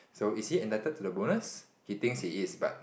so is he entitled to the bonus he thinks he is but